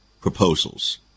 proposals